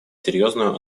серьезную